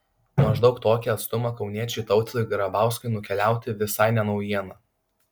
maždaug tokį atstumą kauniečiui tautvydui grabauskui nukeliauti visai ne naujiena